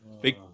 Big